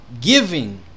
giving